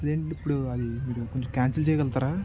లేదేంటే ఇప్పుడు అది మీరు కొంచెం కాన్సెల్ చేయగలుగుతారా